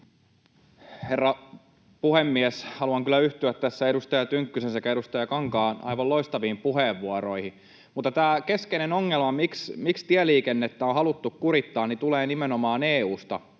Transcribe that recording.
Herra puhemies! Haluan kyllä yhtyä tässä edustaja Tynkkysen sekä edustaja Kankaan aivan loistaviin puheenvuoroihin. Mutta tämä keskeinen ongelma, miksi tieliikennettä on haluttu kurittaa, tulee nimenomaan EU:sta,